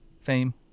fame